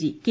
G K